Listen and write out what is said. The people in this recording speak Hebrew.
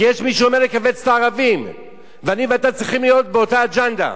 כי יש מי שאומר לכווץ את הערבים ואני ואתה צריכים להיות באותה אג'נדה.